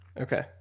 Okay